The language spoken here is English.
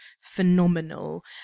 phenomenal